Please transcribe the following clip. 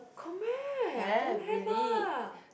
got meh don't have lah